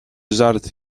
żart